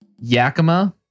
Yakima